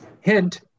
Hint